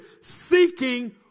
seeking